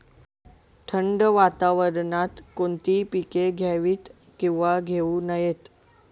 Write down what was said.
थंड वातावरणात कोणती पिके घ्यावीत? किंवा घेऊ नयेत?